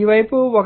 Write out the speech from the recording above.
ఈ వైపు 1